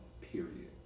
period